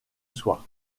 soie